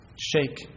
shake